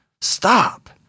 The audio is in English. Stop